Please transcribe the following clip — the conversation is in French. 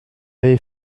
avait